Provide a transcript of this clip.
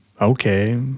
okay